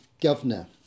governor